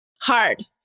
Hard